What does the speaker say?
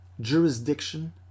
jurisdiction